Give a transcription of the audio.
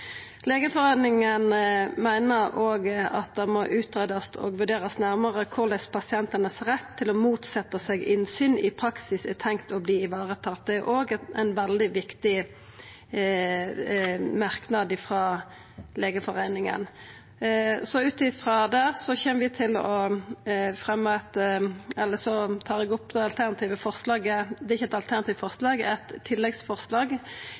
meiner òg at det må greiast ut og vurderast nærmare korleis pasientanes rett til å motsetja seg innsyn i praksis er tenkt å verta varetatt. Det er òg ein veldig viktig merknad frå Legeforeningen. Ut frå dette tar eg opp eit tilleggsforslag i innstillinga. Vi støttar proposisjonen, men vi fremjar forslag om å